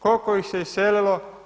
Kolko ih se iselilo?